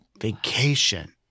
Vacation